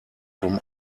vom